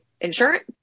insurance